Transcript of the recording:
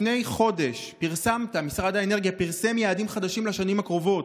לפני חודש משרד האנרגיה פרסם יעדים חדשים לשנים הקרובות,